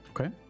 Okay